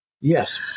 Yes